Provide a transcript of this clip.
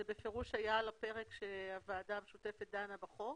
זה בפירוש היה על הפרק כשהוועדה המשותפת דנה בחוק